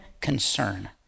concern